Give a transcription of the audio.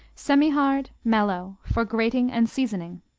semihard mellow for grating and seasoning.